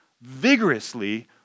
vigorously